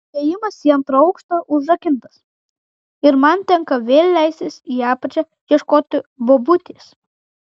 įėjimas į antrą aukštą užrakintas ir man tenka vėl leistis į apačią ieškoti bobutės